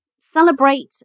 celebrate